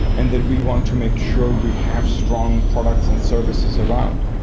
and that we want to make sure we have strong products and services around.